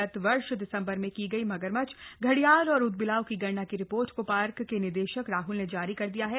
गत वर्ष दिसंबर में की गई मगरमच्छ घड़ियाल और ऊदबिलाव की गणना की रिपोर्ट को पार्क के निदेशक राहल ने जारी कर दिया है